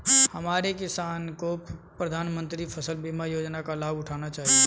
हमारे किसानों को प्रधानमंत्री फसल बीमा योजना का लाभ उठाना चाहिए